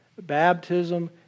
baptism